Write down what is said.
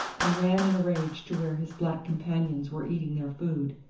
and ran in a rage to where his black companions were eating their food.